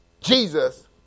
Jesus